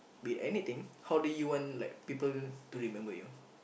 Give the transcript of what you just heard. be anything how do you want like people to remember you